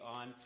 on